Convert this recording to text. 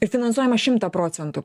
ir finansuojama šimtą procentų